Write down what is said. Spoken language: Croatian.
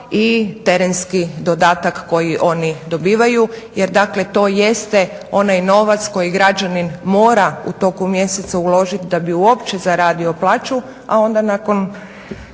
i terenski dodatak koji oni dobivaju jer dakle to jeste onaj novac koji građanin mora u toku mjeseca uložit da bi uopće zaradio plaću, a onda kada